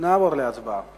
נעבור להצבעה